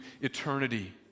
eternity